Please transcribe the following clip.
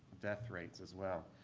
death rates, as well?